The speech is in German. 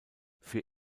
für